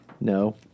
No